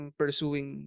pursuing